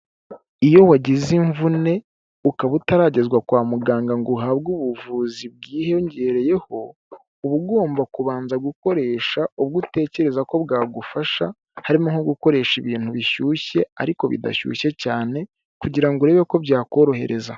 Iyo wagize imvune ukaba utaragezwa kwa muganga ngo uhabwe ubuvuzi bwiyongereyeho uba ugomba kubanza gukoresha ubwo utekereza ko bwagufasha, harimo nko gukoresha ibintu bishyushye ariko bidashyushye cyane kugira ngo urebe ko byakorohereza.